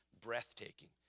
breathtaking